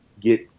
get